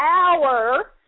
hour